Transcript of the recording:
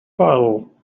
bottle